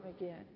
again